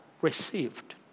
received